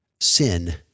Sin